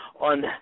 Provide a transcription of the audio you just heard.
on